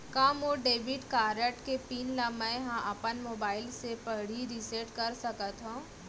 का मोर debit card के पिन ल मैं ह अपन मोबाइल से पड़ही रिसेट कर सकत हो?